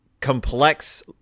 complex